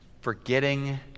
forgetting